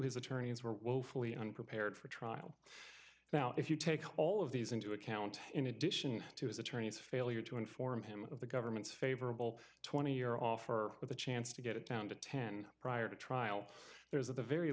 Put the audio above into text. his attorneys were woefully unprepared for trial now if you take all of these into account in addition to his attorney's failure to inform him of the government's favorable twenty year offer with a chance to get it down to ten prior to trial there is at the very